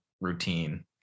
routine